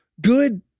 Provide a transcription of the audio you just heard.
good